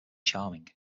charming